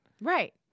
Right